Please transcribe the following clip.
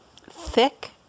thick